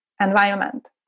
environment